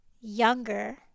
younger